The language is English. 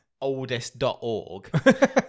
oldest.org